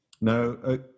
No